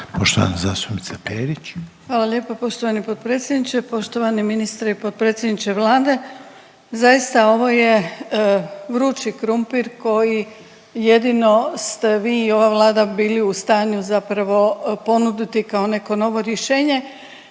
Grozdana (HDZ)** Hvala lijepa poštovani potpredsjedniče. Poštovani ministre i potpredsjedniče Vlade, zaista ovo je vrući krumpir koji jedino ste vi i ova Vlada bili u stanju zapravo ponuditi kao neko novo rješenje.